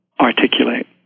articulate